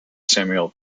samuel